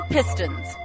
Pistons